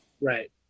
Right